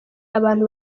abantu